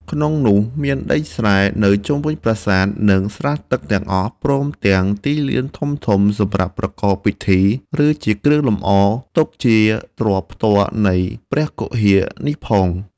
ក្នុងនោះមានដីស្រែនៅជុំវិញប្រាសាទ និងស្រះទឹកទាំងអស់ ព្រមទាំងទីលានធំៗសម្រាប់ប្រកបពិធី ឬជាគ្រឿងលម្អ ទុកជាទ្រព្យផ្ទាល់នៃព្រះគុហានេះផង ។